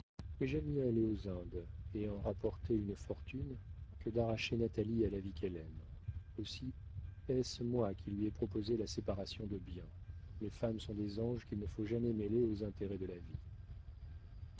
mais j'aime mieux aller aux indes et en rapporter une fortune que d'arracher natalie à la vie qu'elle aime aussi est-ce moi qui lui ai proposé la séparation de biens les femmes sont des anges qu'il ne faut jamais mêler aux intérêts de la vie